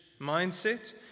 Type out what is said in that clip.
mindset